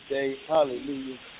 Hallelujah